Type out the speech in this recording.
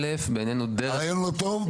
א', בעינינו --- הרעיון לא טוב?